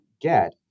get